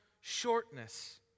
shortness